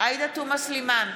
עאידה תומא סלימאן,